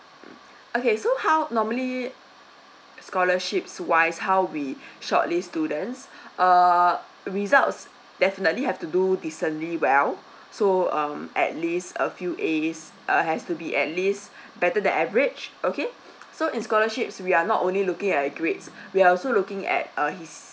okay so how normally scholarships wise how we shortlist students uh results definitely have to do decently well so um at least a few As err has to be at least better than average okay so in scholarships we are not only looking at grades we're also looking at err his